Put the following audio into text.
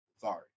Sorry